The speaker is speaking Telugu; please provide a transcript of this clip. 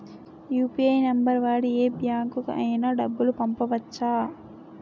యు.పి.ఐ నంబర్ వాడి యే బ్యాంకుకి అయినా డబ్బులు పంపవచ్చ్చా?